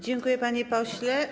Dziękuję, panie pośle.